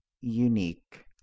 unique